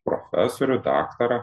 profesorių daktarą